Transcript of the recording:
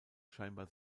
scheinbar